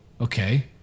okay